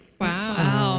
Wow